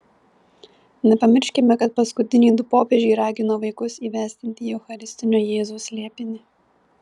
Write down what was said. nepamirškime kad paskutiniai du popiežiai ragino vaikus įvesdinti į eucharistinio jėzaus slėpinį